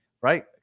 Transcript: right